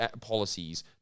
policies